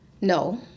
No